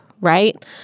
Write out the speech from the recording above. right